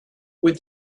with